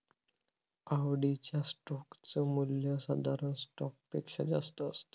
आवडीच्या स्टोक च मूल्य साधारण स्टॉक पेक्षा जास्त असत